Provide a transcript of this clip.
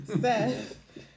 Seth